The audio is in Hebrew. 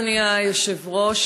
אדוני היושב-ראש,